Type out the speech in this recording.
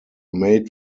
made